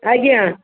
ଆଜ୍ଞା